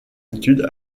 études